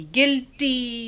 Guilty